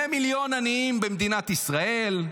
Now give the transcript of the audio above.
2 מיליון עניים במדינת ישראל,